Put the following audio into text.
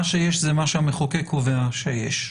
מה שיש זה מה שהמחוקק קובע שיש.